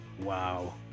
Wow